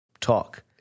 talk